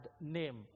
name